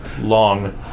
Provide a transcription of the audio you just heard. Long